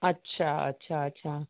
अच्छा अच्छा अच्छा